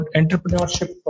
entrepreneurship